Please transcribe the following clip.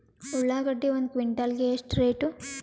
ಉಳ್ಳಾಗಡ್ಡಿ ಒಂದು ಕ್ವಿಂಟಾಲ್ ಗೆ ಎಷ್ಟು ರೇಟು?